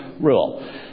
rule